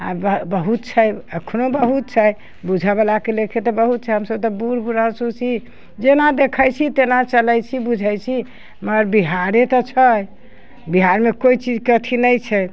आब बऽ बहुत छै अखनो बहुत छै बुझऽ बलाके लेखे तऽ बहुत छै हमसभ तऽ बुढ़ बुढ़ासु छी जेना देखैत छी तेना चलैत छी बुझैत छी मगर बिहारे तऽ छै बिहारमे कोइ चीजके अथी नहि छै